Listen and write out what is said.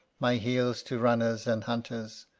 my heels to runners and hunters,